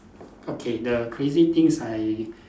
okay the crazy things I